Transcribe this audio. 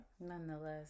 Nonetheless